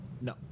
no